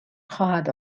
خواهد